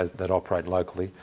that operate locally.